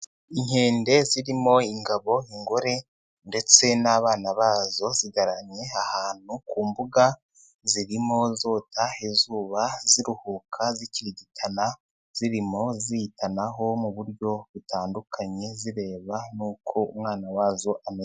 Inkende zirimo ingabo, ingore ndetse n'abana bazo, zigaramye ahantu ku mbuga, zirimo zota izuba, ziruhuka, zikirigitana, zirimo ziyitanaho mu buryo butandukanye, zireba n'uko umwana wazo ameze.